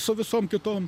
su visom kitom